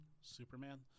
Superman